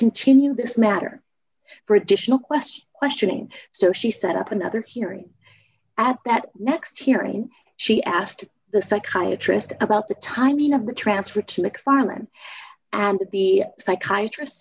continue this matter for additional question questioning so she set up another hearing at that next hearing she asked the psychiatrist about the timing of the transfer to mcfarlane and the psychiatr